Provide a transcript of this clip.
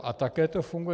A také to funguje.